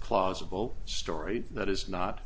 clause a full story that is not